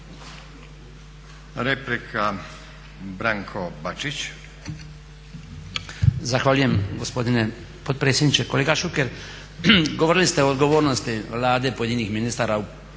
Replika, Branko Bačić.